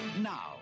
Now